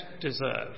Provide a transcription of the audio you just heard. deserve